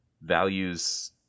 values